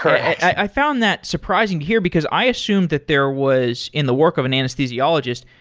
i found that surprising here because i assume that there was in the work of an anesthesiologist,